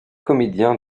comédien